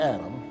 Adam